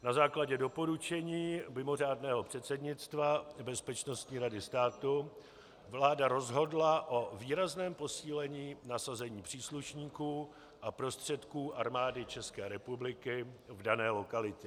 Na základě doporučení mimořádného předsednictva Bezpečnostní rady státu vláda rozhodla o výrazném posílení nasazení příslušníků a prostředků Armády České republiky v dané lokalitě.